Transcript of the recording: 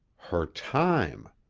her time!